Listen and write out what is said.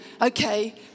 Okay